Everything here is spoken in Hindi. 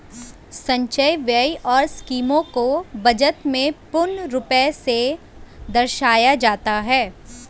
संचय व्यय और स्कीमों को बजट में पूर्ण रूप से दर्शाया जाता है